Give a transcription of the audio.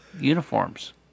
uniforms